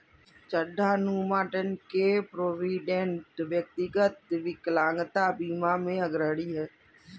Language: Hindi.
चट्टानूगा, टेन्न के प्रोविडेंट, व्यक्तिगत विकलांगता बीमा में अग्रणी हैं